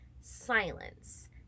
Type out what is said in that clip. Silence